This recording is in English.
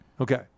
Okay